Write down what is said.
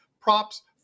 props